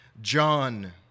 John